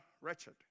wretched